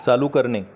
चालू करणे